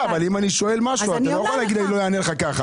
אבל אם אני שואל משהו את לא יכולה להגיד לי שלא תעני לי ככה.